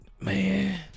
Man